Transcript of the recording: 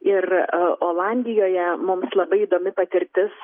ir olandijoje mums labai įdomi patirtis